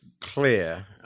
clear